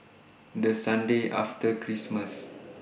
The Sunday after Christmas